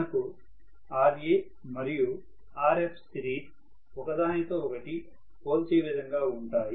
మనకు Ra మరియు Rfseries ఒకదానితో ఒకటి పోల్చే విధంగా ఉంటాయి